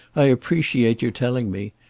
i appreciate your telling me.